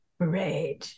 great